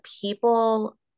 people